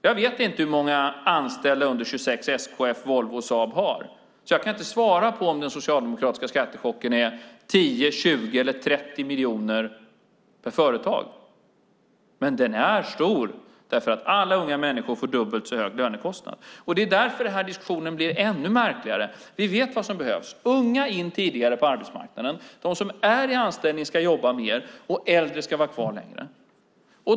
Jag vet inte hur många anställda under 26 SKF, Volvo och Saab har, så jag kan inte svara på om den socialdemokratiska skattechocken är 10, 20 eller 30 miljoner per företag. Den är dock stor, för alla unga människor får dubbelt så stor lönekostnad. Det är därför denna diskussion blir ännu märkligare. Vi vet vad som behövs. Unga ska in tidigare på arbetsmarknaden, de som är i anställning ska jobba mer och äldre ska vara kvar längre.